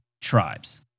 tribes